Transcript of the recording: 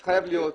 זה חייב להיות.